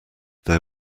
their